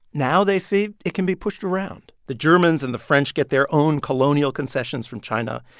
now they see it can be pushed around. the germans and the french get their own colonial concessions from china.